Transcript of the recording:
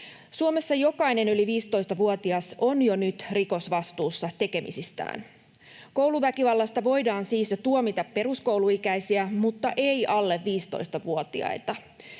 Suomessa jokainen yli 15‑vuotias on jo nyt rikosvastuussa tekemisistään. Kouluväkivallasta voidaan siis jo tuomita peruskouluikäisiä mutta ei alle 15‑vuotiaita.